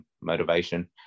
motivation